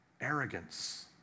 arrogance